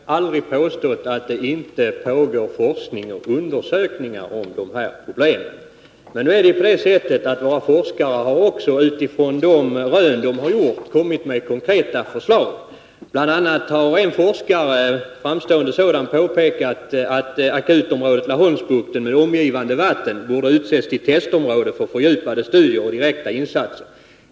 Herr talman! Jag har aldrig påstått att det inte pågår forskning och undersökning om de här problemen. Nu är det på det sättet att våra forskare utifrån de rön de har gjort kommit med konkreta förslag. Bl. a. har en forskare — en framstående sådan — påpekat att akutområdet Laholmsbukten med omgivande vatten borde utses tilltestområde för fördjupade studier och direkta insatser.